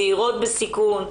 צעירות בסיכון,